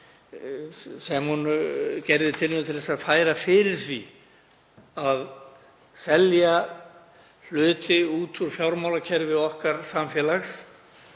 sem hún gerði tilraun til að færa fyrir því að selja hluti út úr fjármálakerfi okkar samfélags